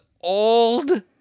old